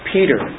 Peter